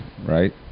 right